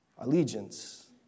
allegiance